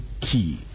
key